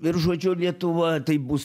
ir žodžiu lietuva tai bus